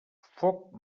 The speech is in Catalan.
foc